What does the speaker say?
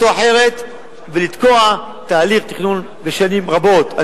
או אחרת ולתקוע תהליך תכנון לשנים רבות.